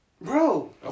Bro